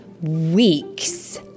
weeks